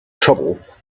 trouble